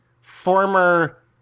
former